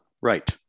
Right